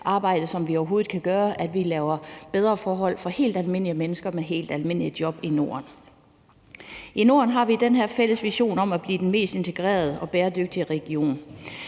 som vi overhovedet kan gøre, altså at vi laver bedre forhold for helt almindelige mennesker med helt almindelige job i Norden. I Norden har vi den her fælles vision om at blive den mest integrerede og bæredygtige region.